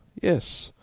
yes,